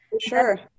sure